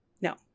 No